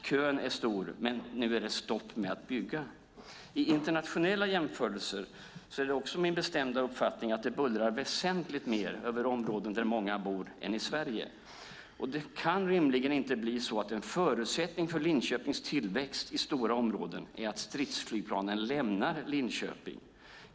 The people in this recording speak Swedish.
Kön är lång, men nu är det stopp för att bygga. Det är också min bestämda uppfattning att man i internationella jämförelser finner att det bullrar väsentligt mer på andra ställen, i områden där många bor, än i Sverige. Och det kan rimligen inte bli så att en förutsättning för Linköpings tillväxt i stora områden är att stridsflygplanen lämnar Linköping.